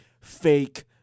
fake